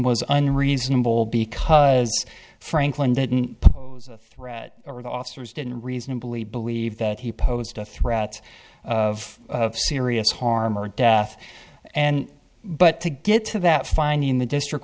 was unreasonable because franklin didn't threat or the officers didn't reasonably believe that he posed a threat of serious harm or death and but to get to that finding the district